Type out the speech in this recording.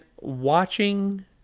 watching